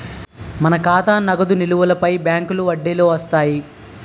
మన ఖాతా నగదు నిలువులపై బ్యాంకులో వడ్డీలు ఇస్తాయి